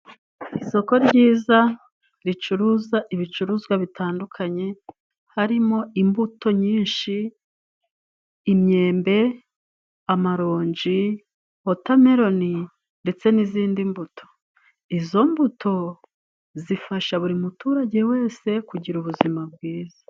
Isoko ryiza ricuruza ibicuruzwa bitandukanye, harimo imbuto nyinshi imyembe, amaronji, wotameloni ndetse n'izindi mbuto. Izo mbuto zifasha buri muturage wese kugira ubuzima bwiza.